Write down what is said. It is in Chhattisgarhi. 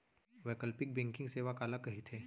वैकल्पिक बैंकिंग सेवा काला कहिथे?